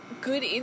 good